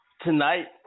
Tonight